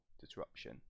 disruption